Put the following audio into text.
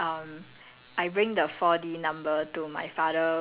okay no no no let's not think so far back okay how about